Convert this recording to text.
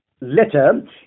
letter